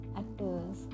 actors